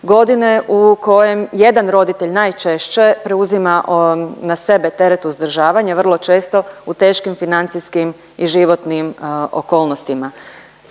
godine u kojem jedan roditelj najčešće preuzima na sebe teret uzdržavanja vrlo često u teškim financijskim i životnim okolnostima.